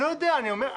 כן.